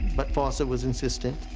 but fawcett was insistent.